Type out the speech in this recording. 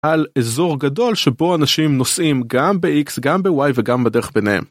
על אזור גדול שבו אנשים נוסעים גם ב-X, גם ב-Y וגם בדרך ביניהם.